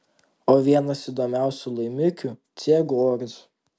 o vienas įdomiausių laimikių ciegorius